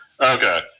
Okay